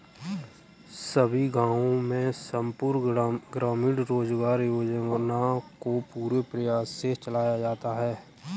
सभी गांवों में संपूर्ण ग्रामीण रोजगार योजना को पूरे प्रयास से चलाया जाता है